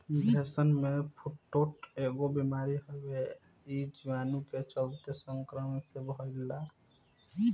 भेड़सन में फुट्रोट एगो बिमारी हवे आ इ जीवाणु के चलते संक्रमण से फइले ला